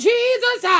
Jesus